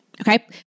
Okay